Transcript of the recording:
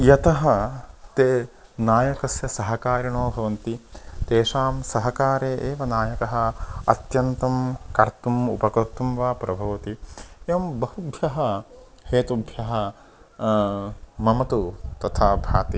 यतः ते नायकस्य सहकारिणो भवन्ति तेषां सहकारे एव नायकः अत्यन्तं कर्तुम् उपकर्तुं वा प्रभवति एवं बहुभ्यः हेतुभ्यः मम तु तथा भाति